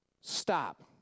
Stop